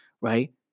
right